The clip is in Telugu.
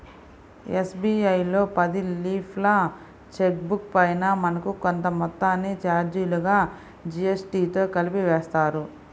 ఎస్.బీ.ఐ లో పది లీఫ్ల చెక్ బుక్ పైన మనకు కొంత మొత్తాన్ని చార్జీలుగా జీఎస్టీతో కలిపి వేస్తారు